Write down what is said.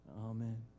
Amen